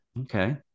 Okay